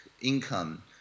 income